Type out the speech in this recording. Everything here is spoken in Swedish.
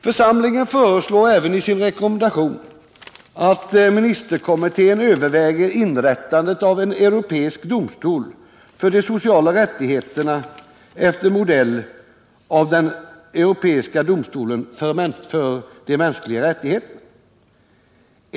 Församlingen föreslår även i sin rekommendation att ministerkommittén överväger inrättandet av en europeisk domstol för de sociala rättigheterna efter modell av den europeiska domstolen för de mänskliga rättigheterna.